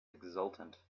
exultant